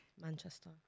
Manchester